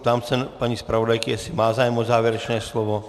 Ptám se paní zpravodajky, jestli má zájem o závěrečné slovo.